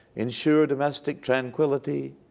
ensure domestic tranquility,